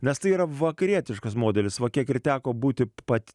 nes tai yra vakarietiškas modelis va kiek ir teko būti pat